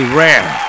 rare